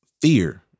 fear